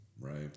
right